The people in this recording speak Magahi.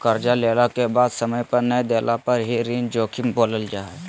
कर्जा लेला के बाद समय पर नय देला पर ही ऋण जोखिम बोलल जा हइ